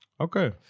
Okay